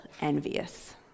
envious